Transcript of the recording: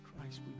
Christ